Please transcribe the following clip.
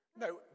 No